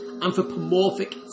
anthropomorphic